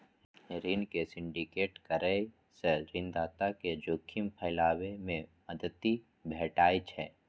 ऋण के सिंडिकेट करै सं ऋणदाता कें जोखिम फैलाबै मे मदति भेटै छै